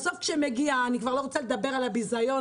אני כבר לא רוצה לדבר על הביזיון